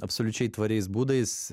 absoliučiai tvariais būdais